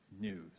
news